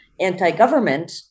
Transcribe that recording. anti-government